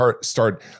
start